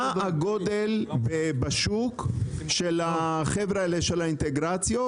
מה הגודל בשוק של החבר'ה האלה של האינטגרציות,